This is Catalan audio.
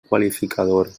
qualificador